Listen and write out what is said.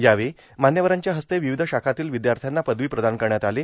यावेळी मान्यवरांच्या हस्ते र्वावध शाखांतील र्वद्याथ्याना पदवी प्रदान करण्यात आलो